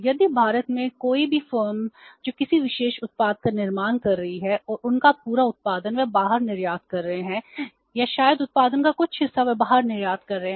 यदि भारत में कोई भी फर्म जो किसी विशेष उत्पाद का निर्माण कर रही है और उनका पूरा उत्पादन वे बाहर निर्यात कर रहे हैं या शायद उत्पादन का कुछ हिस्सा वे बाहर निर्यात कर रहे हैं